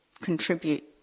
contribute